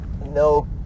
no